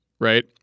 right